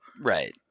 Right